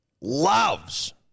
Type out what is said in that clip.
loves